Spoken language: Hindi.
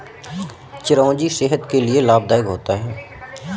चिरौंजी सेहत के लिए लाभदायक होता है